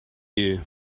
you